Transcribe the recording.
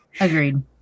Agreed